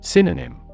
Synonym